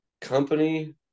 Company